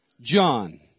John